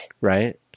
right